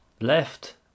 Left